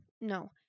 No